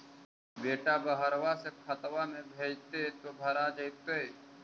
बेटा बहरबा से खतबा में भेजते तो भरा जैतय?